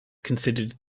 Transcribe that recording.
considered